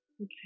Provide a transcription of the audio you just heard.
okay